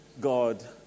God